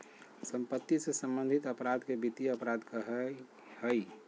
सम्पत्ति से सम्बन्धित अपराध के वित्तीय अपराध कहइ हइ